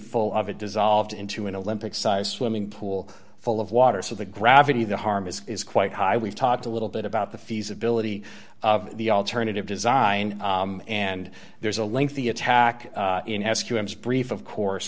full of it dissolved into an olympic sized swimming pool full of water so the gravity of the harm is quite high we've talked a little bit about the feasibility of the alternative design and there's a lengthy attack in s q l brief of course